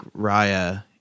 Raya